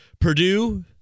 Purdue